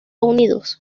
unidos